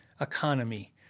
economy